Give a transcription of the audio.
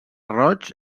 roig